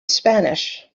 spanish